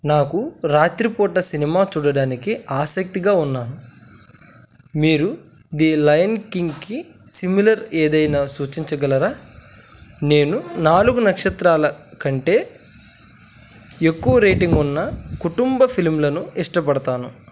నాకు రాత్రి పూట సినిమా చూడడానికి ఆసక్తిగా ఉన్నాను మీరు ది లయన్ కింగ్కి సిమిలర్ ఏదైనా సూచించగలరా నేను నాలుగు నక్షత్రాల కంటే ఎక్కువ రేటింగ్ ఉన్న కుటుంబ ఫిలిమ్లను ఇష్టపడతాను